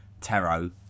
taro